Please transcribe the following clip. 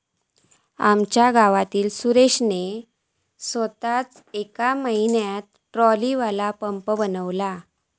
आमच्या गावातल्या सुरेशान सोताच येका म्हयन्यात ट्रॉलीवालो पंप बनयल्यान